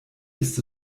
ist